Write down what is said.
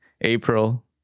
April